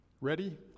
Ready